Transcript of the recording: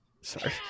Sorry